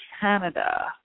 Canada